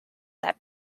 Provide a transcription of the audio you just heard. that